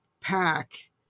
pack